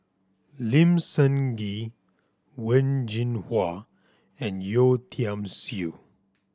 Lim Sun Gee Wen Jinhua and Yeo Tiam Siew